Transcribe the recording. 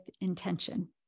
intention